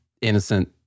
innocent